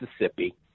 Mississippi